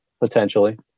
potentially